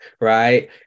Right